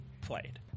played